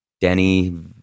Denny